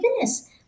goodness